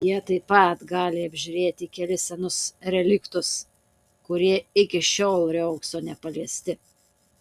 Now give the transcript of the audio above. jie taip pat gali apžiūrėti kelis senus reliktus kurie iki šiol riogso nepaliesti